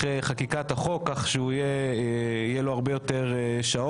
חקיקת החוק כך שיהיו לו הרבה יותר שעות,